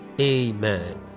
Amen